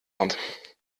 kommt